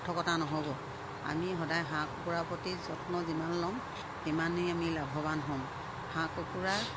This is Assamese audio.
সাৰ্থকতা নহ'ব আমি সদায় হাঁহ কুকুৰাৰ প্ৰতি যত্ন যিমান ল'ম সিমানেই আমি লাভৱান হ'ম হাঁহ কুকুৰা